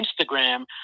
Instagram